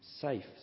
safe